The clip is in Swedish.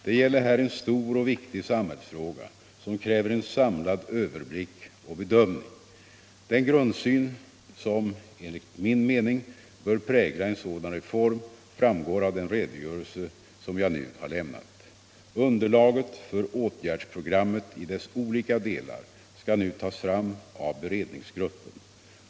Det gäller här en stor och viktig samhällsfråga som kräver en samlad överblick och bedömning. Den grundsyn som enligt min mening bör prägla en sådan reform framgår av den redogörelse som jag nu har lämnat. Underlaget för åtgärdsprogrammet i dess olika delar skall nu tas fram av beredningsgruppen.